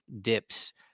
dips